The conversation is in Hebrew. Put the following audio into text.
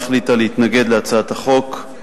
החליטה להתנגד להצעת החוק.